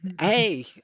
Hey